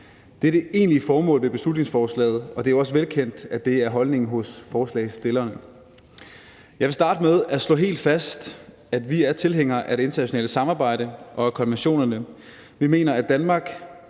Det er det egentlige formål med beslutningsforslaget, og det er jo også velkendt, at det er holdningen hos forslagsstillerne. Jeg vil starte med at slå helt fast, at vi er tilhængere af det internationale samarbejde og af konventionerne. Vi mener, at Danmark,